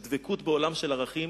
של דבקות בעולם של ערכים,